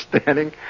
standing